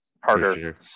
harder